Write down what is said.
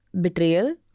betrayal